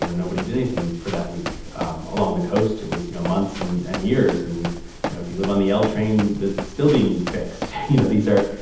you know nobody did anything for that week. um along the coast, it was you know months and and years and you know if you live on the l train, that's still being fixed. you know these are,